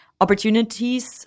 opportunities